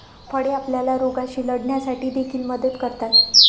फळे आपल्याला रोगांशी लढण्यासाठी देखील मदत करतात